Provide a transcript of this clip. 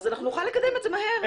אנחנו נוכל לקדם את זה מהר,